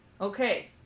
Okay